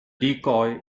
decoy